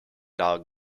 dog